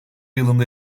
yılında